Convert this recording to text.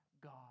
God